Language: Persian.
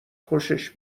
خوشش